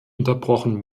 unterbrochen